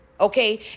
Okay